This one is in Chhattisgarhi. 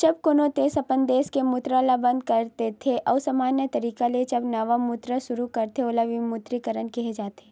जब कोनो देस अपन देस के मुद्रा ल बंद कर देथे अउ समान्य तरिका ले जब नवा मुद्रा सुरू करथे ओला विमुद्रीकरन केहे जाथे